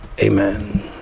Amen